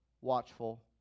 watchful